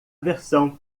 versão